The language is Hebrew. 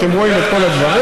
אתם רואים את כל הדברים,